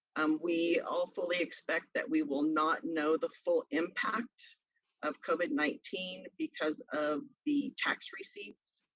um we all fully expect that we will not know the full impact of covid nineteen because of the tax receipts,